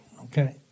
Okay